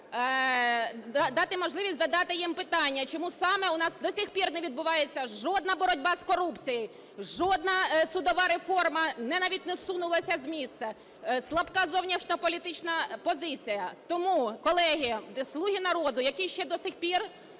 дати можливість задати їм питання, чому саме у нас до сих пір не відбувається жодна боротьба з корупцією, жодна судова реформа навіть не зсунулася з місця, слабка зовнішньополітична позиція. Тому, колеги, "Слуги народу", які до сих пір,